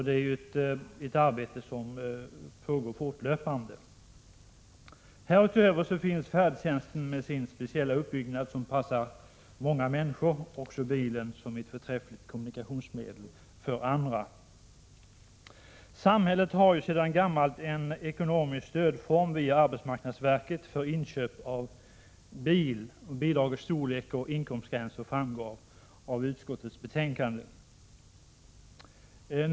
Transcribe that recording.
Det är ett arbete som pågår fortlöpande. Härutöver finns färdtjänsten med sin speciella uppbyggnad, som passar många människor, på samma sätt som bilen är ett förträffligt kommunikationsmedel för andra. Samhället har sedan gammalt en ekonomisk stödform via arbetsmarknadsverket för inköp av bil. Bidragets storlek och inkomstgränser framgår av utskottets betänkande.